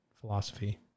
philosophy